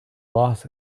loss